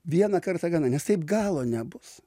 vieną kartą gana nes taip galo nebus